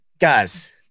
guys